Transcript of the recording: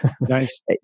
Nice